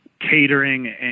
catering